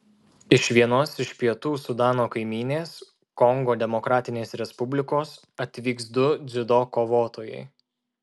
iš vienos iš pietų sudano kaimynės kongo demokratinės respublikos atvyks du dziudo kovotojai